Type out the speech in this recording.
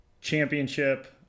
Championship